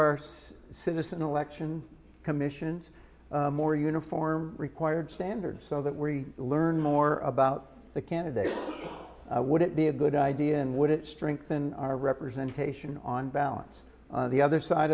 arse citizen election commissions more uniform required standards so that we learn more about the candidate would it be a good idea and would it strengthen our representation on balance the other side